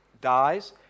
dies